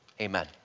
Amen